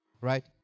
Right